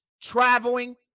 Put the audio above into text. traveling